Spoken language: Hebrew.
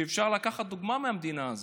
ואפשר לקחת דוגמה מהמדינה הזאת.